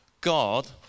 God